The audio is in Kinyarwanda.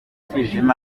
shema